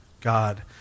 God